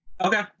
Okay